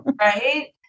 right